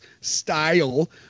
style